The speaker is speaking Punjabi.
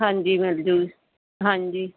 ਹਾਂਜੀ ਮਿਲ ਜੂ ਹਾਂਜੀ